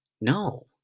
no